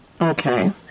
Okay